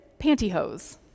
pantyhose